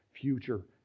future